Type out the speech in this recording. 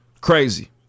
Crazy